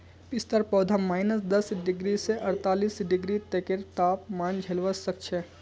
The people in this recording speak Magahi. पिस्तार पौधा माइनस दस डिग्री स अड़तालीस डिग्री तकेर तापमान झेलवा सख छ